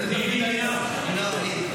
באיזה תפקיד היית לפני כן?